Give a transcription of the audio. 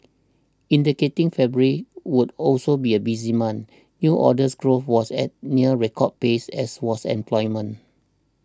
indicating February would also be a busy month new orders growth was at a near record pace as was employment